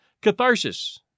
Catharsis